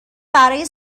برای